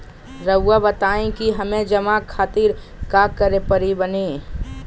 रहुआ बताइं कि हमें जमा खातिर का करे के बानी?